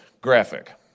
graphic